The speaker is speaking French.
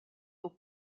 aux